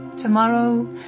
Tomorrow